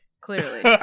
clearly